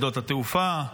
שדות התעופה,